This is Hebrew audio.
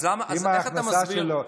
אם ההכנסה שלו,